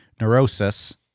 neurosis